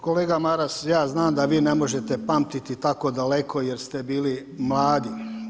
Kolega Maras, ja znam da vi ne možete pamtiti tako daleko jer ste bili mladi.